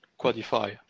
Quadify